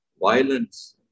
Violence